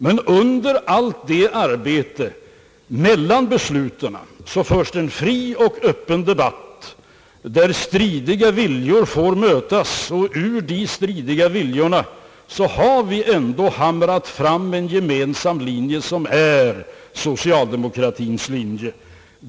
Men under allt arbete och före besluten förs en fri och öppen debatt, där stridiga viljor får mötas; och ur de stridiga viljorna har vi ändå hamrat fram en gemensam linje, som är socialdemokratins linje.